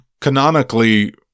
canonically